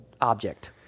object